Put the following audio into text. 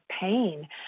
pain